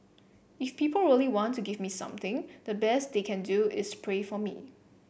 if people really want to give me something the best they can do is pray for me